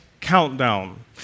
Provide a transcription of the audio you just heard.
Countdown